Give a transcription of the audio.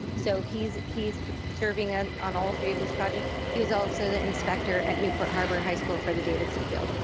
so he's he's serving ah on all three of these projects. he was also the inspector at newport harbor high school for the davidson field.